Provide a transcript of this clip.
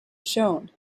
shown